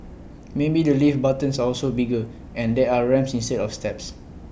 maybe the lift buttons are also bigger and there are ramps instead of steps